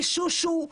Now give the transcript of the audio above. ב-שושו,